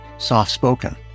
soft-spoken